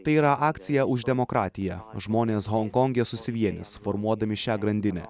tai yra akcija už demokratiją žmonės honkonge susivienys formuodami šią grandinę